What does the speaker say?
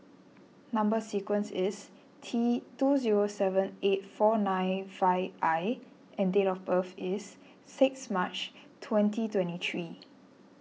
Number Sequence is T two seven eight four nine five I and date of birth is six March twenty twenty three